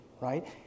right